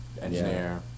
engineer